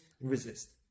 resist